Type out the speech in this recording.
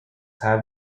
have